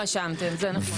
רשמתם, זה נכון.